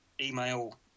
email